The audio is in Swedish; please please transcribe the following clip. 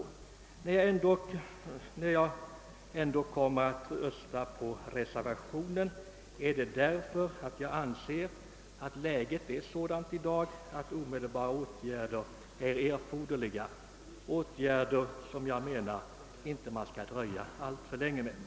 Anledningen till att jag ändå kommer att rösta för reservationen är att jag anser läget i dag vara sådant att omedelbara åtgärder är erforderliga. Man får enligt min mening inte dröja alltför länge med dem.